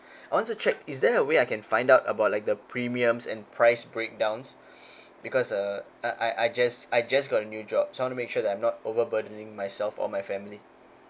I want to check is there a way I can find out about like the premiums and price breakdowns because uh I I I just I just got a new job so I want to make sure that I'm not over burdening myself or my family